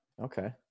Okay